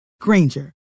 Granger